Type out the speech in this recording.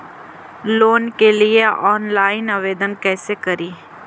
Loan के लिये online आवेदन कैसे करि?